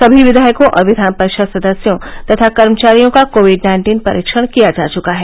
सभी विधायकों और विधानपरिषद सदस्यों तथा कर्मचारियों का कोविड नाइन्टीन परीक्षण किया जा चुका है